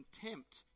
contempt